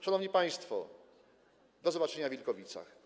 Szanowni państwo, do zobaczenia w Wilkowicach.